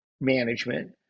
management